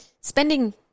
spending